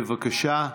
בבקשה.